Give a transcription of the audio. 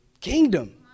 Kingdom